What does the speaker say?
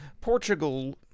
Portugal